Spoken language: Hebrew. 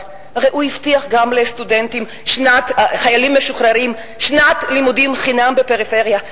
אבל הרי הוא הבטיח לחיילים משוחררים שנת לימודים חינם בפריפריה,